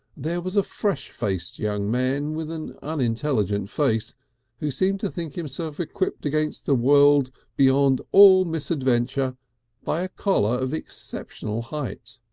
there was a fresh-faced young man with an unintelligent face who seemed to think himself equipped against the world beyond all misadventure by a collar of exceptional height,